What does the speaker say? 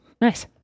Nice